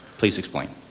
please explain.